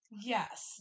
Yes